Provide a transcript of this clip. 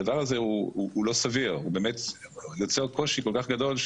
הדבר הזה הוא לא סביר ויוצר קושי כל כך גדול,